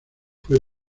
fue